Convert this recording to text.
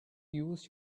use